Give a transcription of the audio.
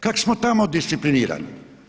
Kako smo tamo disciplinirani?